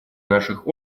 наших